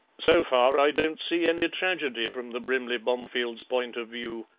so far i don't see any tragedy from the brimley bomefields' point of view,